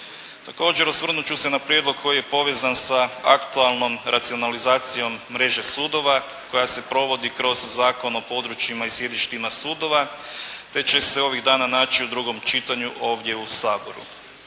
Također osvrnuti ću se sna prijedlog koji je povezan aktualnom racionalizacijom mreže sudova koja se provodi kroz Zakon o područjima i sjedištima sudova, te će se ovih dana naći u drugom čitanju ovdje u Saboru.